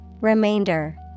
Remainder